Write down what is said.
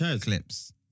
clips